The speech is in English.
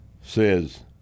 says